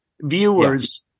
viewers